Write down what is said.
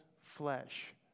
flesh